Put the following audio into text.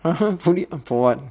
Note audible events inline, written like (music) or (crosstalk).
(laughs) fully armed for what